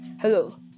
Hello